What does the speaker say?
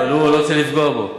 אני לא רוצה לפגוע בו.